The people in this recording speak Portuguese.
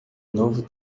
novo